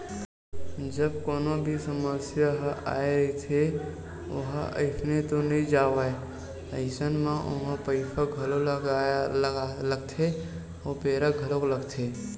जब कोनो भी समस्या ह आय रहिथे ओहा अइसने तो नइ जावय अइसन म ओमा पइसा घलो लगथे अउ बेरा घलोक लगथे